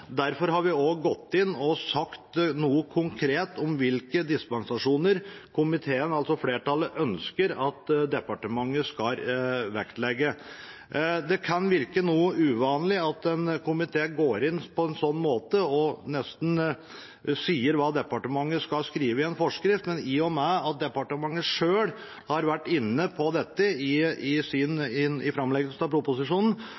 Derfor har vi også gått inn og sagt noe konkret om hvilke dispensasjoner flertallet i komiteen ønsker at departementet skal vektlegge. Det kan virke noe uvanlig at en komité går inn på en slik måte og nesten sier hva departementet skal skrive i en forskrift, men i og med at departementet selv har vært inne på dette i